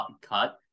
cut